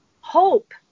hope